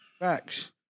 Facts